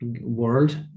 world